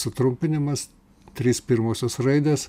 sutrumpinimas trys pirmosios raidės